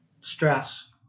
stress